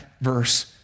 verse